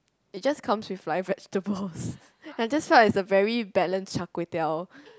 it just comes with like vegetables I just thought it's a very balanced char-kway-teow